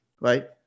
right